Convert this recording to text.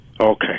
Okay